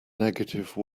negative